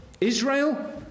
Israel